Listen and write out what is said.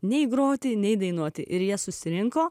nei groti nei dainuoti ir jie susirinko